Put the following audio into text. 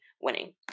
winning